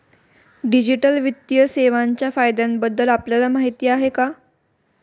Digital वित्तीय सेवांच्या फायद्यांबद्दल आपल्याला माहिती आहे का?